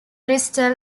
bristol